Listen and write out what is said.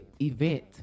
event